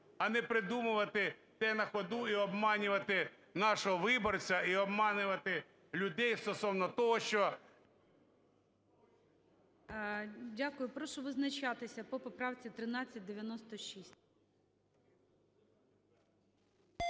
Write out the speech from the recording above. А не придумувати те на ходу і обманювати нашого виборця, і обманювати людей стосовно того, що... ГОЛОВУЮЧИЙ. Дякую. Прошу визначатися по поправці 1396.